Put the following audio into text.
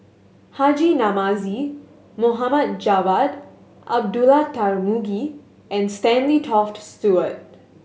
Haji Namazie Mohamed Javad Abdullah Tarmugi and Stanley Toft Stewart